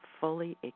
fully